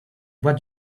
what